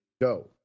go